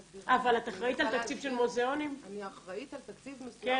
אחראית על תקציב של מוזיאונים?